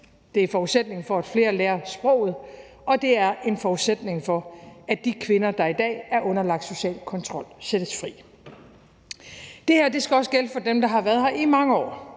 det er forudsætningen for, at flere lærer sproget, og det er en forudsætning for, at de kvinder, der i dag er underlagt social kontrol, sættes fri. Det her skal også gælde for dem, der har været her i mange år